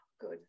good